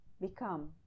become